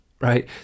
right